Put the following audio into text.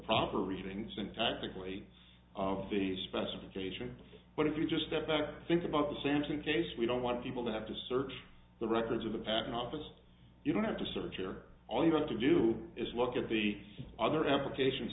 proper reading syntactically of the specification but if you just step back think about the sampling case we don't want people to have to search the records of the patent office you don't have to search here all you've got to do is look at the other applications